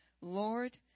Lord